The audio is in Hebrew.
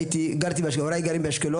היינו גרים באשקלון